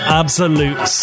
absolute